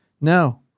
No